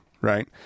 Right